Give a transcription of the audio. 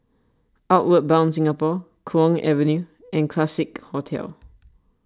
Outward Bound Singapore Kwong Avenue and Classique Hotel